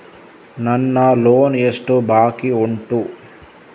ನನ್ನ ಲೋನ್ ಎಷ್ಟು ಬಾಕಿ ಉಂಟು?